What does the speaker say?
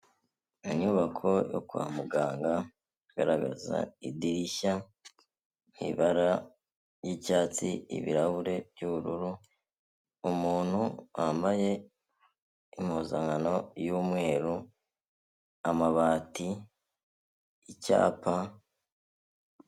Inyubako yo kwa muganga igaragaza idirishya mu ibara ry'icyatsi, ibirahure by'ubururu umuntu wambaye impuzankano y'umweru, amabati, icyapa.